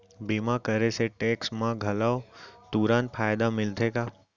बीमा करे से टेक्स मा घलव तुरंत फायदा मिलथे का?